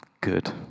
good